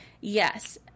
Yes